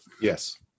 Yes